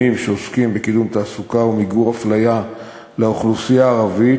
שעוסקים בקידום תעסוקה ומיגור אפליה לאוכלוסייה הערבית,